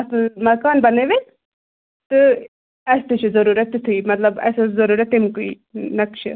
اَصٕل مکان بنٲوِتھ تہٕ اَسہِ تہِ چھِ ضٔروٗرَتھ تِیُتھُے مطلب اَسہِ اوس ضٔروٗرَتھ تٔمۍ کُے نقشہِ